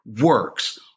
works